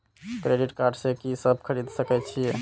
Credit card से की सब खरीद सकें छी?